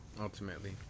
ultimately